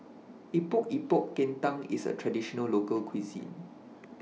Epok Epok Kentang IS A Traditional Local Cuisine